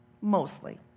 mostly